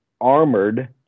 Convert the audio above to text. armored